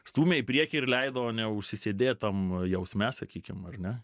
stūmė į priekį ir leido neužsisėdėt tam jausme sakykim ar ne